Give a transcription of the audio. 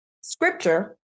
scripture